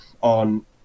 on